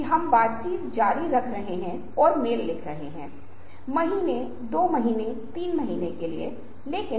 दूसरी ओर आज की संस्कृति में एक और तरह की शक्ति आ गई है दूसरों को बिना दिखे दुसरो को देखने की शक्ति